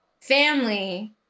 family